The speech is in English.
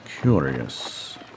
curious